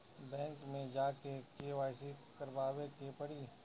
Bank मे जा के के.वाइ.सी करबाबे के पड़ी?